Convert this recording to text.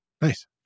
Nice